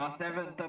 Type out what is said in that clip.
ah seven